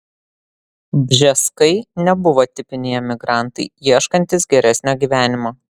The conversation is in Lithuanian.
bžeskai nebuvo tipiniai emigrantai ieškantys geresnio gyvenimo